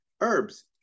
herbs